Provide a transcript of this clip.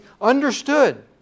understood